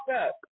up